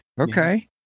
Okay